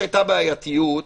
לטייב זה להחליט להביא משהו אחר,